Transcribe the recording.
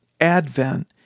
Advent